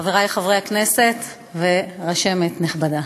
חברי חברי הכנסת ורשמת נכבדה,